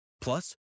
Plus